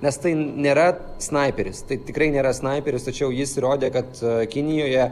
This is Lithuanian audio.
nes tai nėra snaiperis tai tikrai nėra snaiperis tačiau jis įrodė kad kinijoje